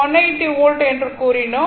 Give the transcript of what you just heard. இது 180 வோல்ட் என்று கூறினோம்